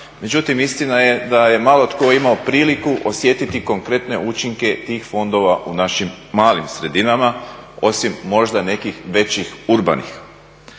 međutim istina je da je malo tko imao priliku osjetiti konkretne učinke tih fondova u našim malim sredinama osim možda nekih većih urbanih.